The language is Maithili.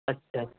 अच्छा अच्छा